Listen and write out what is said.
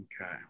Okay